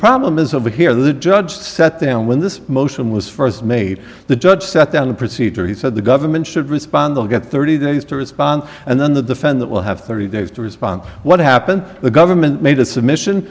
problem is over here the judge set down when this motion was first made the judge set down the procedure he said the government should respond they'll get thirty days to respond and then the defendant will have thirty days to respond to what happened the government made a submission